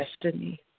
destiny